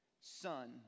son